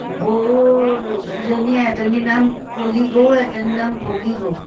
গৰুজনী এজনীৰ নাম কলি গৰু এজনীৰ নাম বগী গৰু